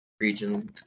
region